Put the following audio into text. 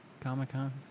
Comic-Con